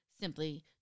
simply